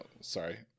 Sorry